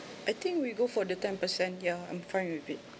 I think we go for the ten percent ya I'm fine with it